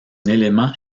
élément